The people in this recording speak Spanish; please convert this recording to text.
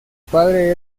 padre